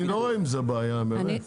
אני לא רואה עם זה בעיה, באמת.